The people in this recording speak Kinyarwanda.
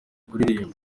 kuririmba